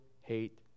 hate